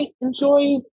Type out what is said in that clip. enjoy